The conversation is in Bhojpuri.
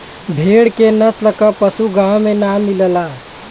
भेड़ के नस्ल क पशु गाँव में ना मिलला